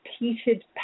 repeated